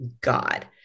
God